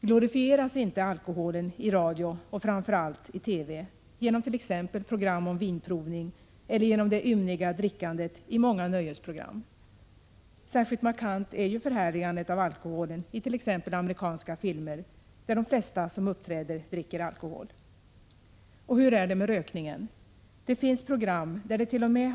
Glorifieras inte alkoholen i radio, och framför allt i TV, genom t.ex. program om vinprovning eller genom det ymniga drickandet i många nöjesprogram? Särskilt markant är ju förhärligandet av alkoholen i t.ex. amerikanska filmer, där de flesta som uppträder dricker alkohol. Och hur är det med rökningen? Det finns program där dett.o.m.